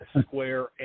square